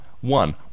One